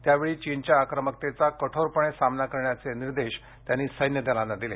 त्यावेळी चीनच्या आक्रमकतेचा कठोरपणे सामना करण्याचे निर्देश त्यांनी सैन्य दलांना दिले